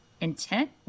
intent